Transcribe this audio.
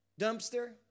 dumpster